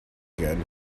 again